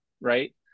right